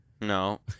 No